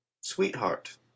sweetheart